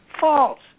False